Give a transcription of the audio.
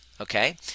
Okay